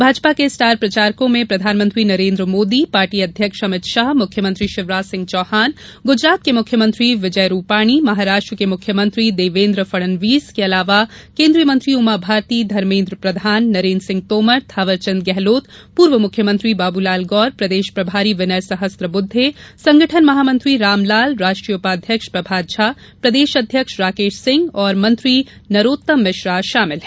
भाजपा के स्टार प्रचारकों में प्रधानमंत्री नरेन्द्र मोदी पार्टी अध्यक्ष अभित शाह मुख्यमंत्री शिवराज सिंह चौहान गुजरात के मुख्यमंत्री विजय रूपाणी महाराष्ट्र के मुख्यमंत्री देवेन्द्र फणनवीस के अलावा केंद्रीय मंत्री उमा भारती धर्मेन्द्र प्रधान नरेन्द्र सिंह तोमर थावरचंद गहलोत पूर्व मुख्यमंत्री बाबूलाल गौर प्रदेश प्रभारी विनय सहस्त्रबुद्वे संगठन महामंत्री रामलाल राष्ट्रीय उपाध्यक्ष प्रभात झा प्रदेश अध्यक्ष राकेश सिंह मंत्री नरोत्तम भिश्रा शामिल हैं